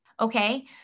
Okay